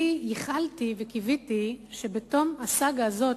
ייחלתי וקיוויתי שבתום הסאגה הזאת,